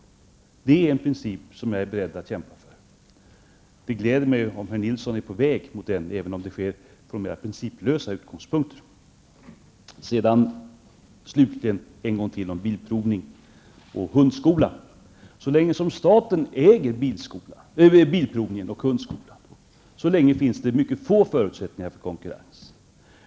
Det är en princip som jag är beredd att kämpa för, och det gläder mig om Herr Nilson är på väg att anammma den principen, även om det sker från mer principlösa utgångspunkter. Slutligen vill jag än en gång återkomma till bilprovningen och hundskolan. Så länge staten äger bilprovningen och hundskolan finns det mycket få förutsättningar för konkurrens.